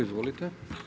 Izvolite.